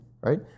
right